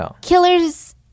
killers